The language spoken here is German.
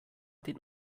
den